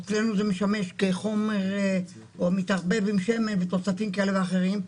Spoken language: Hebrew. אצלנו זה משמש כחומר או מתערבב עם שמן ותוספים כאלה ואחרים,